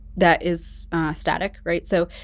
that is static right? so,